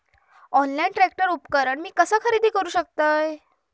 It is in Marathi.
ऑनलाईन ट्रॅक्टर उपकरण मी कसा खरेदी करू शकतय?